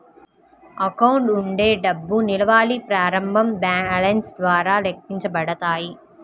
account ఉండే డబ్బు నిల్వల్ని ప్రారంభ బ్యాలెన్స్ ద్వారా లెక్కించబడతాయి